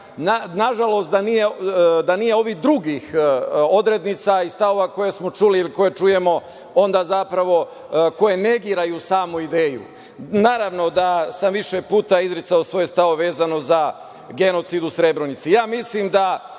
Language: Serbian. Nažalost, da nije ovih drugih odrednica i stavova koje smo čuli ili koje čujemo, koje negiraju samu ideju. Naravno da sam više puta izricao svoje stavove, vezano za genocid u Srebrenici.